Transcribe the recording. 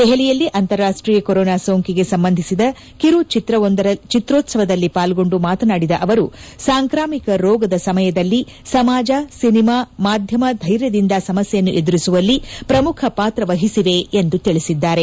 ದೆಹಲಿಯಲ್ಲಿ ಅಂತಾರಾಷ್ಷೀಯ ಕೋರೋನಾ ಸೋಂಕಿಗೆ ಸಂಬಂಧಿಸಿದ ಕಿರು ಚಿತ್ರೋತ್ಸವದಲ್ಲಿ ಪಾಲ್ಗೊಂಡು ಮಾತನಾಡಿದ ಅವರು ಸಾಂಕ್ರಾಮಿಕೆ ರೋಗದ ಸಮಯದಲ್ಲಿ ಸಮಾಜ ಸಿನಿಮಾ ಮಾಧ್ಯಮ ಧ್ವೆರ್ಯದಿಂದ ಸಮಸ್ತೆಯನ್ನು ಎದುರಿಸುವಲ್ಲಿ ಪ್ರಮುಖ ಪಾತ್ರ ವಹಿಸಿದೆ ಎಂದು ತಿಳಿಸಿದ್ದಾರೆ